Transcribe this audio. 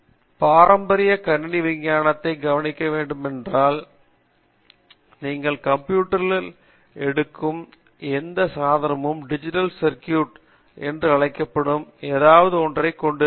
காமகோடி எனவே நீங்கள் பாரம்பரிய கணினி விஞ்ஞானத்தைக் கவனிக்க வேண்டும் என்றால் நீங்கள் கம்ப்யூட்டரில் எடுக்கும் எந்த சாதனமும் டிஜிட்டல் சர்க்யூட்ஸ் என்று அழைக்கப்படும் ஏதாவது ஒன்றைக் கொண்டிருக்கும்